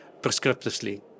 prescriptively